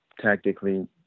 tactically